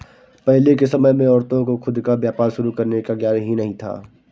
पहले के समय में औरतों को खुद का व्यापार शुरू करने का ज्ञान ही नहीं था